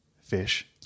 fish